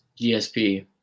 GSP